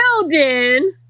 building